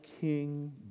king